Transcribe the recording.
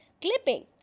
clipping